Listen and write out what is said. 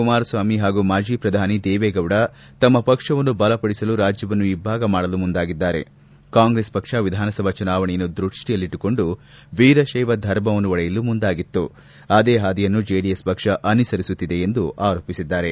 ಕುಮಾರಸ್ವಾಮಿ ಹಾಗೂ ಮಾಜಿ ಪ್ರಧಾನಿ ದೇವೇಗೌಡ ತಮ್ಮ ಪಕ್ಷವನ್ನು ಬಲಪಡಿಸಲು ರಾಜ್ಯವನ್ನು ಇಬ್ಬಾಗ ಮಾಡಲು ಮುಂದಾಗಿದ್ದಾರೆ ಕಾಂಗ್ರೆಸ್ ಪಕ್ಷ ವಿಧಾನಸಭಾ ಚುನಾವಣೆಯನ್ನು ದೃಷ್ಷಿಯಲ್ಲಿಟ್ಟುಕೊಂಡು ವೀರತೈವ ಧರ್ಮವನ್ನು ಒಡೆಯಲು ಮುಂದಾಗಿತ್ತು ಅದೇ ಹಾದಿಯನ್ನು ಜೆಡಿಎಸ್ ಪಕ್ಷ ಅನುಸರಿಸುತ್ತಿದೆ ಎಂದು ಆರೋಪಿಸಿದ್ದಾರೆ